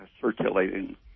circulating